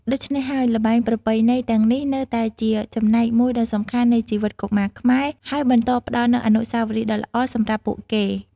ដូច្នេះហើយ ល្បែងប្រពៃណីទាំងនេះនៅតែជាចំណែកមួយដ៏សំខាន់នៃជីវិតកុមារខ្មែរ ហើយបន្តផ្ដល់នូវអនុស្សាវរីយ៍ដ៏ល្អសម្រាប់ពួកគេ។